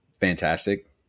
fantastic